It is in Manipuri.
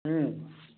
ꯎꯝ